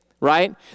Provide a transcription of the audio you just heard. right